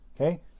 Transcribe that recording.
okay